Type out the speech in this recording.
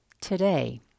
today